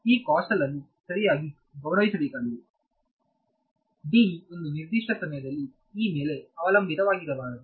ಈ ಕಾಸೆಲ್ ನ್ನು ಸರಿಯಾಗಿ ಗೌರವಿಸಬೇಕಾಗಿದೆ ಒಂದು ನಿರ್ದಿಷ್ಟ ಸಮಯದಲ್ಲಿ ಮೇಲೆ ಅವಲಂಬಿತವಾಗಿರಬಾರದು